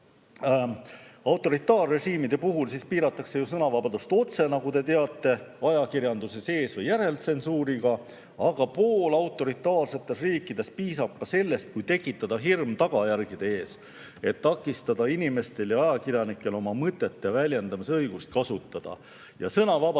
Autoritaarrežiimide puhul piiratakse sõnavabadust otse, nagu te teate, ajakirjanduse sees või järeltsensuuriga, aga poolautoritaarsetes riikides piisab ka sellest, kui tekitada hirm tagajärgede ees ning takistada inimestel ja ajakirjanikel oma mõtete väljendamise õigust kasutada. Sõnavabadust